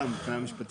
אפשר, מבחינה משפטית.